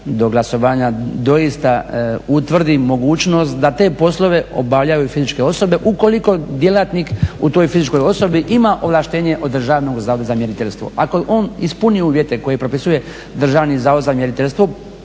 do glasovanja doista utvrdi mogućnost da te poslove obavljaju i fizičke osobe ukoliko djelatnik u toj fizičkoj osobi ima ovlaštenje od Državnog zavoda za mjeriteljstvo. Ako je on ispunio uvjete koje propisuje Državni zavod za mjeriteljstvo